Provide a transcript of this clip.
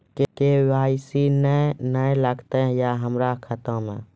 KYC ने न लागल या हमरा खाता मैं?